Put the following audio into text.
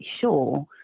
sure